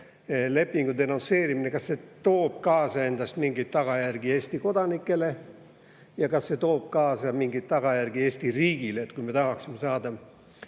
lepingu denonsseerimine toob endaga kaasa mingeid tagajärgi Eesti kodanikele ja kas see toob kaasa mingeid tagajärgi Eesti riigile, kui me tahaksime saada